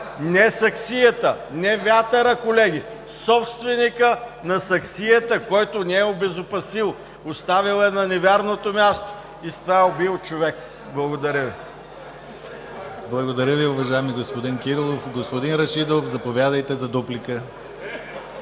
Не саксията, не вятъра, колеги, собственикът на саксията, който не я е обезопасил. Оставил я е на невярното място и с това е убил човек. Благодаря Ви. ПРЕДСЕДАТЕЛ ДИМИТЪР ГЛАВЧЕВ: Благодаря Ви, уважаеми господин Кирилов. Господин Рашидов, заповядайте за дуплика.